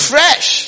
Fresh